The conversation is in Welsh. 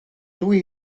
dwi